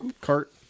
cart